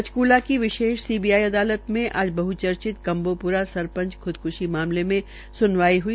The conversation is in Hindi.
पंचक्ला की विशेष सीबीआई अदालत में आज बहचर्चित कंबोप्रा सरपंच ख्दक्शी मामले में स्नवाड्र हई